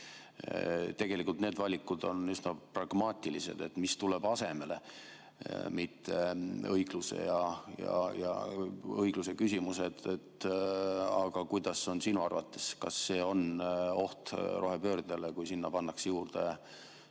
Tegelikult on need valikud üsna pragmaatilised – mis tuleb asemele? –, mitte õigluse küsimused. Aga kuidas on sinu arvates? Kas see on oht rohepöördele, kui sellele pannakse juurde